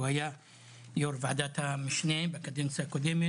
הוא היה יו"ר ועדת המשנה בקדנציה הקודמת.